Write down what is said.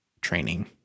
training